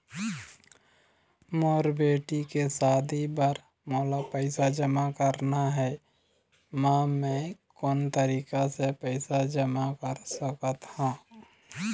मोर बेटी के शादी बर मोला पैसा जमा करना हे, म मैं कोन तरीका से पैसा जमा कर सकत ह?